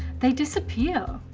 they disappear.